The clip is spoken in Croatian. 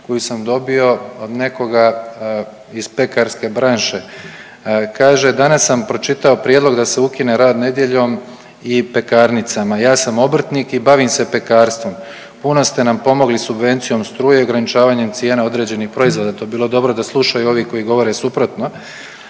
koju sam dobio od nekoga iz pekarske branše. Kaže danas sam pročitao prijedlog da se ukine rad nedjeljom i pekarnicama. Ja sam obrtnik i bavim se pekarstvom. Puno ste nam pomogli subvencijom struje i ograničavanjem cijena određenih proizvoda. To bi bilo dobro da slušaju ovi koji govore suprotno,